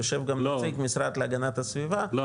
יושב גם נציג משרד להגנת הסביבה --- לא,